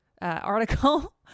article